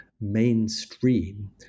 mainstream